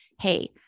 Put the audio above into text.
Hey